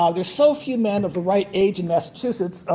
ah there's so few men of the right age in massachusetts,